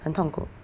很痛苦